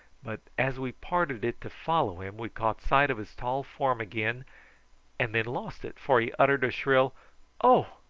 but as we parted it to follow him we caught sight of his tall form again and then lost it, for he uttered a shrill oh!